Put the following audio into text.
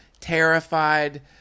terrified